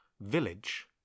village